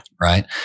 Right